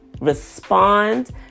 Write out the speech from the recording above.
respond